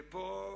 ופה,